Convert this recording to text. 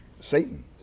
Satan